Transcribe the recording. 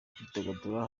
kwidagadura